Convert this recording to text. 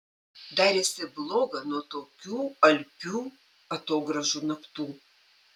darėsi bloga nuo tokių alpių atogrąžų naktų